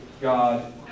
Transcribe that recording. God